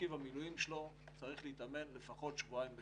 מרכיב המילואים שלו צריך להתאמן לפחות שבועיים בשנה.